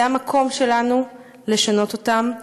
זה המקום שלנו לשנות אותן,